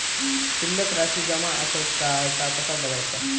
शिल्लक राशी जमा आसत काय ता कसा बगायचा?